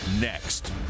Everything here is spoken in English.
Next